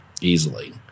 easily